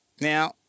Now